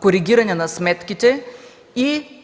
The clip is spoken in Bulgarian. коригиране на сметките и